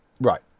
Right